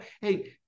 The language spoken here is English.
Hey